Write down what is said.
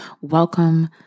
welcome